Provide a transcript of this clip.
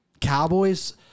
Cowboys